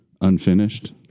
Unfinished